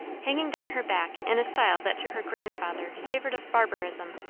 hanging down her back in a style that to her grandfather savoured of barbarism